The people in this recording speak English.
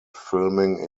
filming